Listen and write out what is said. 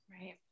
Right